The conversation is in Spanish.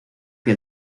que